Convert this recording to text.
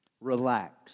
Relax